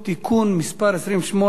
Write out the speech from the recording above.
לתיקון פקודת הטלגרף האלחוטי (מס' 6)